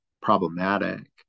problematic